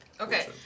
Okay